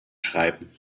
schreiben